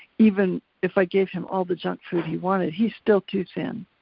even if i gave him all the junk food he wanted he's still too thin.